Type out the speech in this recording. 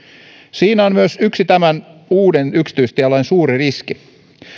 siinä on myös yksi tämän uuden yksityistielain suuri riski